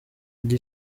kimwe